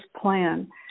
plan